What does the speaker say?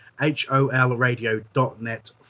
holradio.net